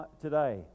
today